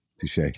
Touche